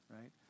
right